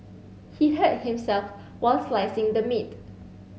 he hurt himself while slicing the meat